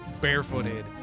barefooted